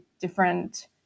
different